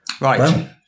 Right